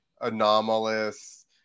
anomalous